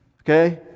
Okay